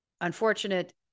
unfortunate